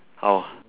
how ah